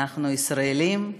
אנחנו ישראלים,